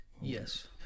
Yes